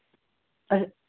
اچھا